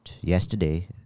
yesterday